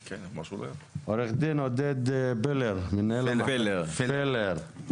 עורך דין עודד פלר, מנהל המחלקה המשפטית.